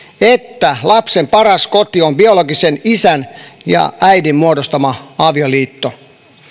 että lapsen paras koti on biologisen isän ja äidin muodostama avioliitto